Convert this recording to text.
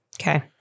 Okay